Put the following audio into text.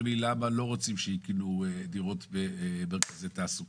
לי למה לא רוצים שיקנו דירות במרכזי תעסוקה.